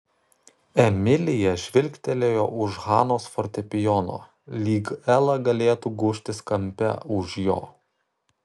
emilija žvilgtelėjo už hanos fortepijono lyg ela galėtų gūžtis kampe už jo